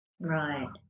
Right